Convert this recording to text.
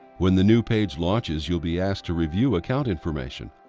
when the new page launches you will be asked to review account information